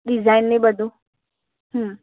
design ને બધું હમ